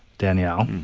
danielle,